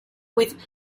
with